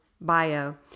bio